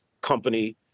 company